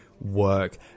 work